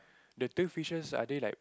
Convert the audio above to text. the two fishers are they like